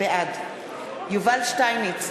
בעד יובל שטייניץ,